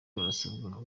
barasabwa